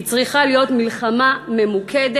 היא צריכה להיות מלחמה ממוקדת,